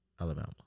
Alabama